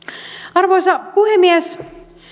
arvoisa puhemies